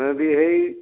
दा बेहाय